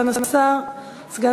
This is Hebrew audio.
(תיקון מס' 4) (הגדלת הסיוע לניצולי שואה),